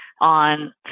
on